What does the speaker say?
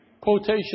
quotation